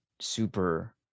super